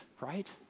right